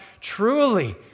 truly